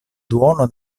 duono